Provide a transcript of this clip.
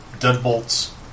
Deadbolt's